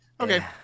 Okay